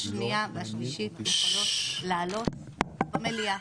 השנייה והשלישית יכולות לעלות במליאה.